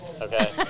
okay